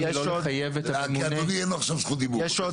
עוד